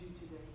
today